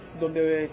donde